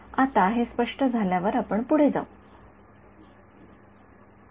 आता हे स्पष्ट झाल्यावर आपण पुढे जाऊया